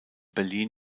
berlin